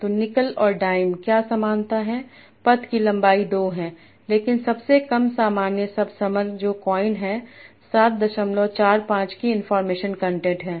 तो निकल और डाइम क्या समानता है पथ की लंबाई 2 है लेकिन सबसे कम सामान्य सबसमर जो कॉइन है 745 की इनफार्मेशन कंटेंट है